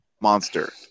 monster